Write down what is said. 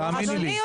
תאמיני לי.